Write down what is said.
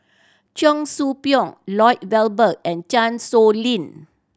Cheong Soo Pieng Lloyd Valberg and Chan Sow Lin